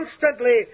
constantly